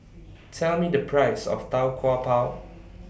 Tell Me The Price of Tau Kwa Pau